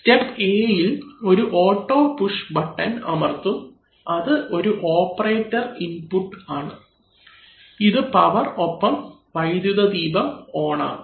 step A ഇൽ ഒരു auto push button അമർത്തും അത് ഒരു ഓപ്പറേറ്റർ ഇൻപുട്ട് ആണ് ഇത് പവർ ഒപ്പം വൈദ്യുതദീപം ഓൺ ആക്കും